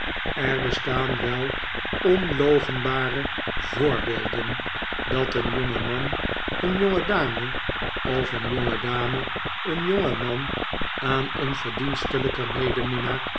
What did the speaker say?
er bestaanwel onloochenbare voorbeelden dat een jongeman een jongedame of een jongedame een jongeman aan een verdienstelijker